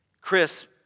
Chris